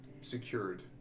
secured